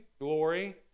glory